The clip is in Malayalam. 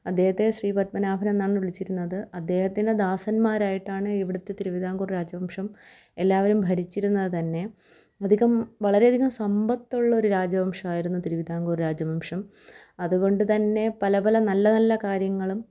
അദ്ദേഹത്തെ ശ്രീ പത്മനാഭൻ എന്നാണ് വിളിച്ചിരുന്നത് അദ്ദേഹത്തിൻ്റെ ദാസന്മാരായിട്ടാണ് ഇവിടുത്തെ തിരുവിതാംകൂർ രാജവംശം എല്ലാവരും ഭരിച്ചിരുന്നതു തന്നെ അധികം വളരെ അധികം സമ്പത്തുള്ളൊരു രാജവംശമായിരുന്നു തിരുവിതാംകൂർ രാജവംശം അതുകൊണ്ടു തന്നെ പല പല നല്ല നല്ല കാര്യങ്ങളും